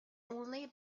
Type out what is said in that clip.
only